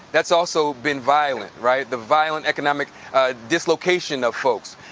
that's also been violent, right the violent economic dislocation of folks.